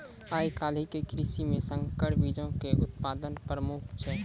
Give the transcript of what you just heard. आइ काल्हि के कृषि मे संकर बीजो के उत्पादन प्रमुख छै